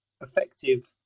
effective